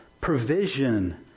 Provision